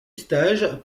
stage